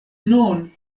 nun